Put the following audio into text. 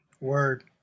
word